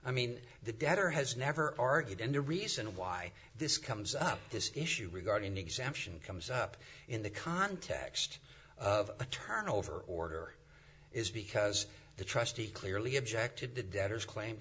i mean the debtor has never argued and the reason why this comes up this issue regarding an exemption comes up in the context of a turnover order is because the trustee clearly objected the debtors claimed